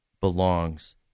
belongs